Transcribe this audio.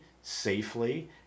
safely